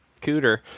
cooter